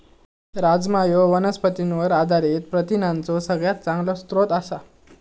राजमा ह्यो वनस्पतींवर आधारित प्रथिनांचो सगळ्यात चांगलो स्रोत आसा